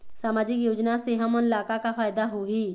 सामाजिक योजना से हमन ला का का फायदा होही?